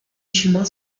chemin